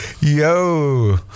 Yo